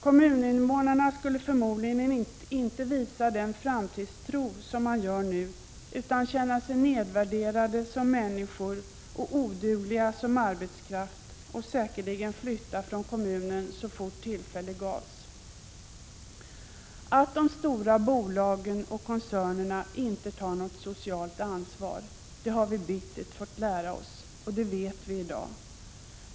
Kommuninnevånarna skulle förmodligen inte visa den framtidstro som man nu har utan känna sig nedvärderade som människor och odugliga som arbetskraft. De skulle säkerligen flytta ifrån kommunen så fort tillfälle gavs. Att de stora bolagen och koncernerna inte tar något socialt ansvar, det har vi bittert fått lära oss och det vet vi i dag.